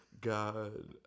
God